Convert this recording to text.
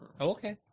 okay